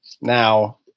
Now